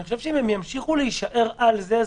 אני חושב שאם הם ימשיכו להישאר על זה,